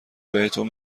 بهتون